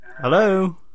Hello